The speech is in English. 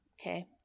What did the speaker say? Okay